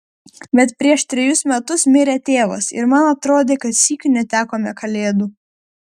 bet prieš trejus metus mirė tėvas ir man atrodė kad sykiu netekome kalėdų